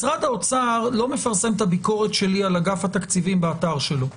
משרד האוצר לא מפרסם את הביקורת שלי על אגף התקציבים באתר שלו.